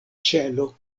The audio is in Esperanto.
ĉelo